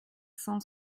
cent